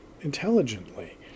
intelligently